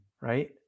Right